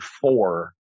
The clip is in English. four